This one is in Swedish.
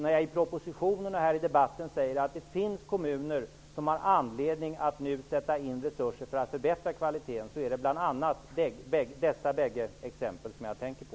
När jag i propositionen och här i debatten säger att det finns kommuner som har anledning att nu sätta in resurser för att förbättra kvaliteten är det bl.a. dessa bägge exempel som jag tänker på.